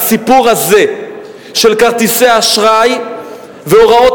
הסיפור הזה של כרטיסי אשראי והוראות